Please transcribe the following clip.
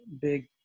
Big